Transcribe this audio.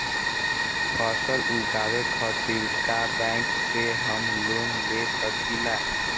फसल उगावे खतिर का बैंक से हम लोन ले सकीला?